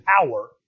power